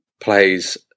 plays